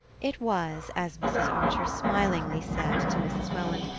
it was, as mrs. archer smilingly said to mrs. welland,